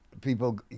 people